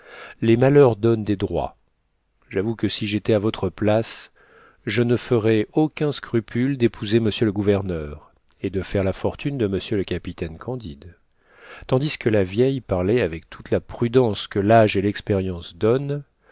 les malheurs donnent des droits j'avoue que si j'étais à votre place je ne ferais aucun scrupule d'épouser monsieur le gouverneur et de faire la fortune de monsieur le capitaine candide tandis que la vieille parlait avec toute la prudence que l'âge et l'expérience donnent